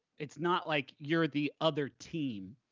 it's not like you're the other team.